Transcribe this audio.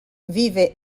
vive